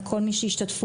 לכל מי שהשתתפו,